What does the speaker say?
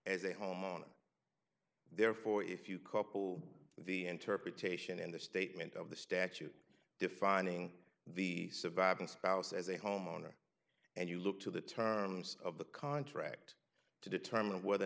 as a homeowner therefore if you couple the interpretation in the statement of the statute defining the surviving spouse as a homeowner and you look to the terms of the contract to determine whether or